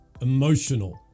emotional